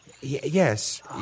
Yes